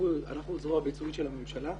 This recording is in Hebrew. אנחנו הזרוע הביצועית של הממשלה,